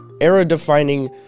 era-defining